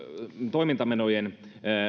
toimintamenojen